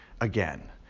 again